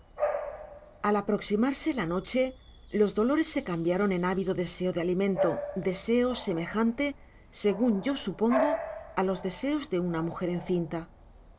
al aproximarse la noche los dolores se cambiaron en ávido deseo de alimento deseo semejante segun yo supongo á los deseos de una mujer en cinta